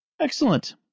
Excellent